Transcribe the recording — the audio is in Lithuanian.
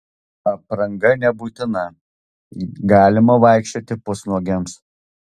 apranga nebebūtina galima vaikščioti pusnuogiams